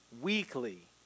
weekly